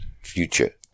future